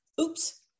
oops